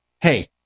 hey